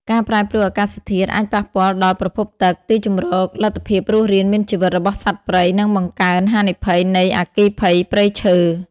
ការប្រែប្រួលអាកាសធាតុអាចប៉ះពាល់ដល់ប្រភពទឹក ទីជម្រក លទ្ធភាពរស់រានមានជីវិតរបស់សត្វព្រៃ និងបង្កើនហានិភ័យនៃអគ្គីភ័យព្រៃឈើ។